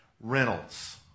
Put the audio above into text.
Reynolds